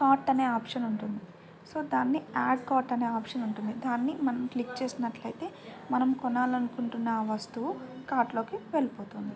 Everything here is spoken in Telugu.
కార్ట్ అనే ఆప్షన్ ఉంటుంది సో దాన్ని యాడ్ కార్ట్ అనే ఆప్షన్ ఉంటుంది దాన్ని మనం క్లిక్ చేసినట్లయితే మనం కొనాలనుకుంటున్న వస్తువు కార్ట్లోకి వెళ్ళిపోతుంది